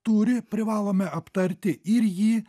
turi privalome aptarti ir jį